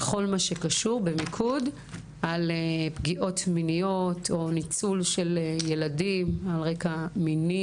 במיקוד על פגיעות מיניות או ניצול ילדים על רקע מיני.